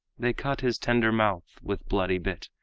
they cut his tender mouth with bloody bit,